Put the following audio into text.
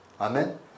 Amen